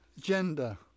gender